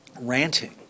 ranting